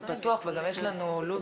הצלחה לכל חברי הוועדה.